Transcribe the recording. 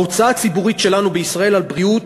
ההוצאה הציבורית שלנו בישראל על בריאות